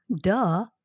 duh